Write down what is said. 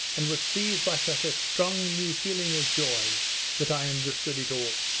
and was seized by such a strong, new feeling of joy that i understood it all.